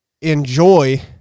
enjoy